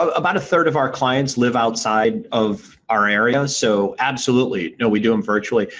about a third of our clients live outside of our area so absolutely. no, we do them virtually.